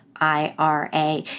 IRA